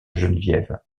geneviève